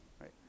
right